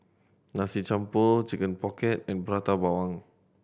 Nasi Campur Chicken Pocket and Prata Bawang